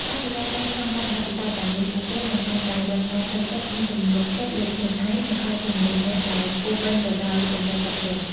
តាមរយៈការឆ្លងកាត់បទពិសោធន៍ទាំងនេះ ពួកគេនឹងកាន់តែរឹងមាំផ្លូវចិត្ត មានទំនុកចិត្តលើខ្លួនឯង និងក្លាយជាមនុស្សម្នាក់ដែលពោរពេញទៅដោយគំនិតចាស់ទុំ។